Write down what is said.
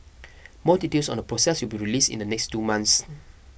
more details on the process will be released in the next two months